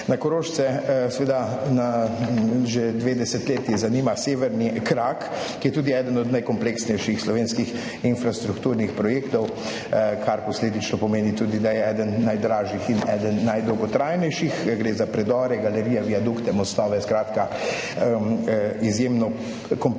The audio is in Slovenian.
Nas Korošce seveda že 2 desetletji zanima severni krak, ki je tudi eden od najkompleksnejših slovenskih infrastrukturnih projektov, kar posledično pomeni tudi, da je eden najdražjih in eden najdolgotrajnejših, gre za predore, galerije, viadukte, mostove. Skratka, izjemno kompleksen